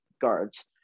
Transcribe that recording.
guards